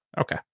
Okay